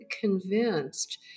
convinced